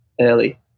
early